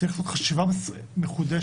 צריך לעשות חשיבה מחודשת